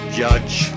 judge